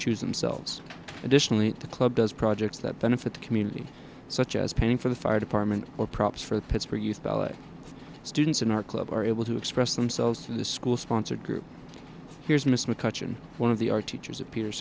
choose themselves additionally the club does projects that benefit the community such as painting for the fire department or props for the pittsburgh youth ballot students in our club are able to express themselves through the school sponsored group here's miss mccutcheon one of the art teachers at peter